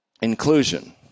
inclusion